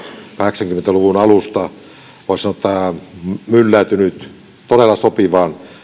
kahdeksankymmentä luvun alusta voisi sanoa mylläytynyt todella sopivaan